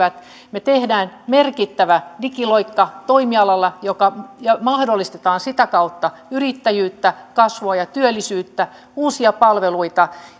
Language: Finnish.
me teemme merkittävän digiloikan toimialalla ja sitä kautta mahdollistamme yrittäjyyttä kasvua ja työllisyyttä uusia palveluita